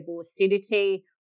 acidity